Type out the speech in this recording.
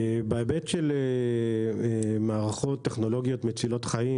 בהיבט של מערכות טכנולוגיות מצילות חיים,